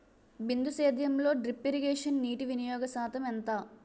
బిందు సేద్యంలో drip irrigation నీటివినియోగ శాతం ఎంత?